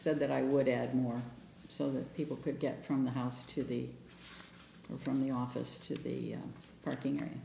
said that i would add more so that people could get from the house to the from the office to the parking